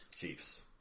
Chiefs